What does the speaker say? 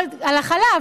על החלב.